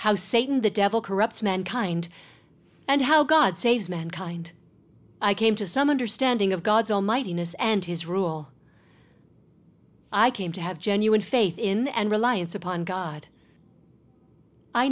how satan the devil corrupts mankind and how god saves mankind i came to some understanding of god's almightiness and his rule i came to have genuine faith in and reliance upon god i